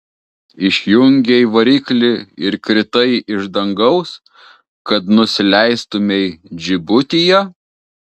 išjungei variklį ir kritai iš dangaus kad nusileistumei džibutyje